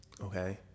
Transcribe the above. Okay